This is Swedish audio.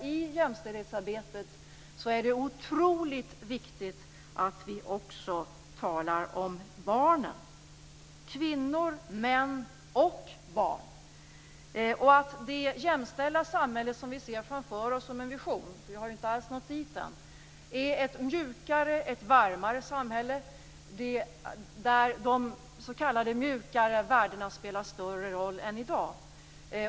I jämställdhetsarbetet är det otroligt viktigt att vi också talar om barnen, om kvinnor, män och barn. Det jämställda samhälle som vi ser framför oss som en vision - vi har ju inte alls nått dit än - är ett mjukare och varmare samhälle där de s.k. mjukare värdena får spela en större roll än i dag.